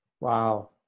wow